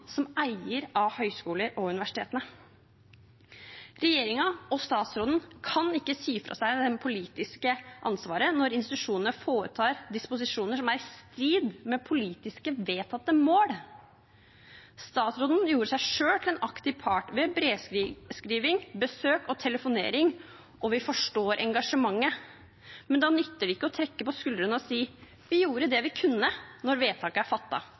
som eier av høyskolene og universitetene. Regjeringen og statsråden kan ikke si fra seg det politiske ansvaret når institusjonene foretar disposisjoner som er i strid med politisk vedtatte mål. Statsråden gjorde seg selv til en aktiv part ved brevskriving, besøk og telefonering. Vi forstår engasjementet, men da nytter det ikke å trekke på skuldrene og si, når vedtaket er fattet: Vi gjorde det vi kunne. Til sjuende og sist er